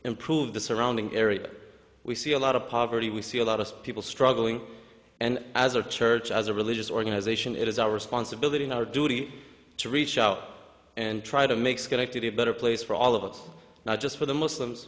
improve the surrounding area where we see a lot of poverty we see a lot of people struggling and as our church as a religious organization it is our responsibility and our duty to reach out and try to make schenectady a better place for all of us not just for the muslims